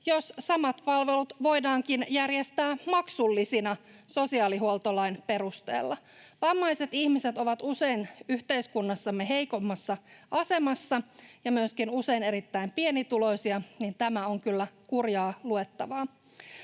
jos samat palvelut voidaankin järjestää maksullisina sosiaalihuoltolain perusteella. Vammaiset ihmiset ovat usein yhteiskunnassamme heikommassa asemassa ja myöskin usein erittäin pienituloisia, niin että tämä on kyllä kurjaa luettavaa.